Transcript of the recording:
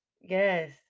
Yes